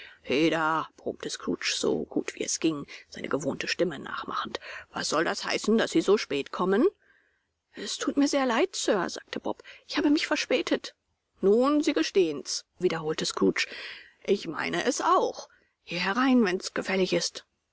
heda brummte scrooge so gut wie es ging seine gewohnte stimme nachmachend was soll das heißen daß sie so spät kommen es thut mir sehr leid sir sagte bob ich habe mich verspätigt nun sie gestehen's wiederholte scrooge ich meine es auch hier herein wenn's gefällig ist